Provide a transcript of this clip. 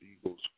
Eagles